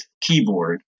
keyboard